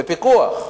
בפיקוח,